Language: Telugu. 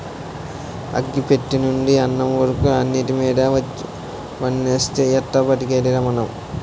అగ్గి పెట్టెనుండి అన్నం వరకు అన్నిటిమీద పన్నేస్తే ఎట్టా బతికేదిరా మనం?